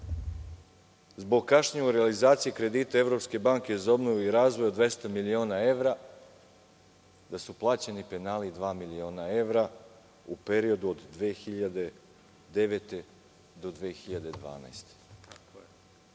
zbog kašnjenja u realizaciji kredita Evropske banke za obnovu i razvoj od 200 miliona evra, da su plaćeni penali dva miliona evra u periodu od 2009. do 2012.